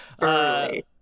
Early